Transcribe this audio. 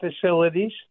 facilities